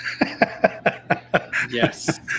Yes